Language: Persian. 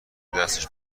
دستش